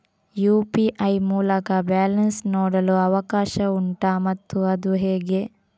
UPI ಮೂಲಕ balance ನೋಡಲು ಅವಕಾಶ ಉಂಟಾ ಮತ್ತು ಅದು ಹೇಗೆ?